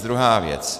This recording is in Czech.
Druhá věc.